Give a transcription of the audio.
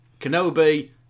Kenobi